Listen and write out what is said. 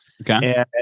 Okay